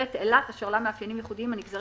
(ב) אילת אשר לה מאפיינים ייחודיים הנגזרים